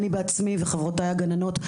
אני בעצמי וחברותיי הגננות,